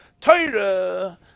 Torah